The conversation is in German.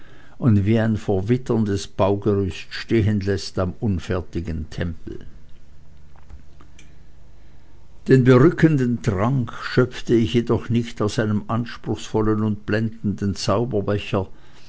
und wie ein verwitterndes baugerüst stehen läßt am unfertigen tempel den berückenden trank schöpfte ich jedoch nicht aus einem anspruchsvollen und blendenden zauberbecher